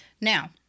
Now